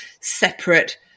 separate